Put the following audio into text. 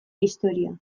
historian